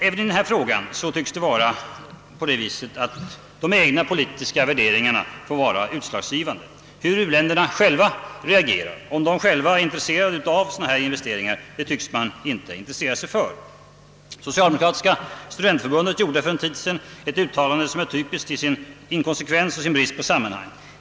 Även i denna fråga tycks det vara de egna politiska värderingarna som får vara utslagsgivande. Hur u-länderna själva reagerar — och de är intresserade av sådana här investeringar — tycks man inte bry sig om. Socialdemokratiska studentförbundet gjorde för en tid sedan ett uttlande som är typiskt i sin inkonsekvens.